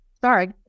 Sorry